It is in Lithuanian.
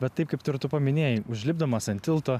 bet taip kaip tu ir tu paminėjai užlipdamas ant tilto